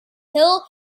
hill